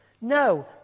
No